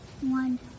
One